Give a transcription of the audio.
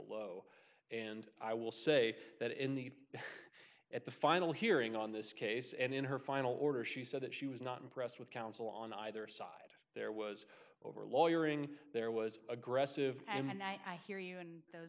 below and i will say that in the at the final hearing on this case and in her final order she said that she was not impressed with counsel on either side there was over lawyer ing there was aggressive and i hear you and those